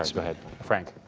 um ahead, frank.